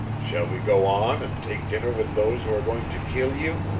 shall we go on and take dinner with those who are going to kill you,